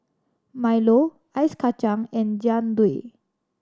milo Ice Kachang and Jian Dui